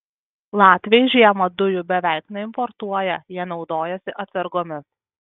latviai žiemą dujų beveik neimportuoja jie naudojasi atsargomis